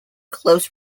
close